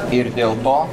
ir dėl to